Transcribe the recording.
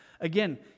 Again